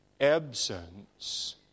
absence